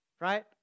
right